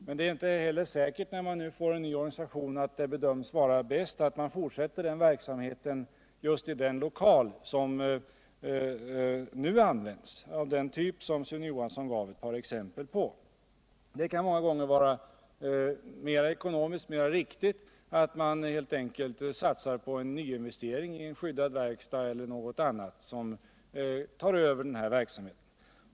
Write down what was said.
Men när man nu får en ny organisation, är det inte säkert att det kommer att bedömas vara bäst att fortsätta verksamheten just i den lokal som nu anvinds och som är av den typ som Sune Johansson gav ett par exempel på. Det kan många gånger vara ekonomiskt mera riktigt att man helt enkelt satsar på en nyinvestering i en skyddad verkstad eHer på något annat, som tar över verksamheten.